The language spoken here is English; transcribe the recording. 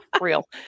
Real